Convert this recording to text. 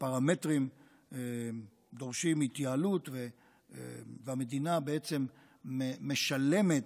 הפרמטרים דורשים התייעלות והמדינה בעצם משלמת.